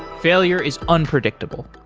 failure is unpredictable.